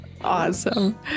Awesome